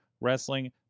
wrestling